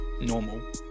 normal